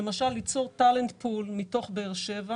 למשל ליצור טלנט פול מתוך באר שבע